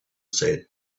said